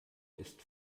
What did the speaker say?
ist